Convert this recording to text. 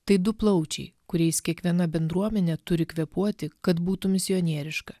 tai du plaučiai kuriais kiekviena bendruomenė turi kvėpuoti kad būtų misionieriška